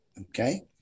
okay